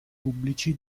pubblici